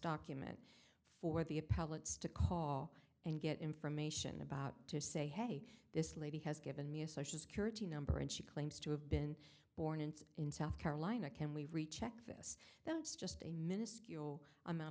document for the appellants to call and get information about to say hey this lady has given me a social security number and she claims to have been born and in south carolina can we recheck this that's just a minuscule amount